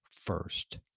first